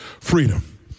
freedom